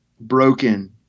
broken